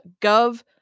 Gov